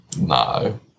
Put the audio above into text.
No